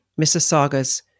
Mississaugas